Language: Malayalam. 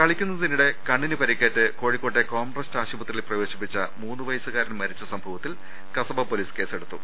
കളിക്കുന്നതിനിടെ കണ്ണിന് പരുക്കേറ്റ് കോഴിക്കോട്ടെ കോംട്രസ്റ്റ് ആശുപത്രിയിൽ പ്രവേശിപ്പിച്ച മൂന്ന് വയസ്സുകാരൻ മരിച്ച സംഭവത്തിൽ കസബ പോലീസ് കേസെടുത്തു